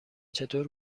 چطور